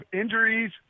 injuries